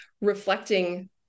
reflecting